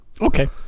Okay